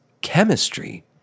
chemistry